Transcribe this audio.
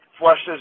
flushes